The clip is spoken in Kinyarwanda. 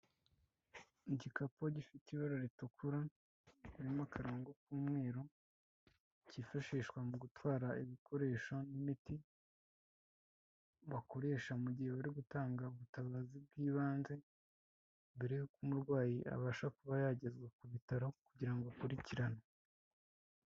Igikapu gifite ibara ritukura harimo akarongo k'umweru, kifashishwa mu gutwara ibikoresho n'imiti bakoresha mu gihe bari gutanga ubutabazi bw'ibanze, mbere y'uko umurwayi abasha kuba yagezwa ku bitaro kugira ngo akurikiranwe.